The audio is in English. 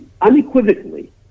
unequivocally